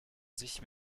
sich